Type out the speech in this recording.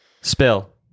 spill